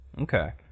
Okay